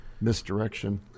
misdirection